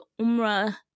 Umrah